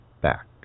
back